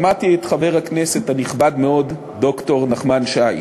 שמעתי את חבר הכנסת הנכבד מאוד ד"ר נחמן שי,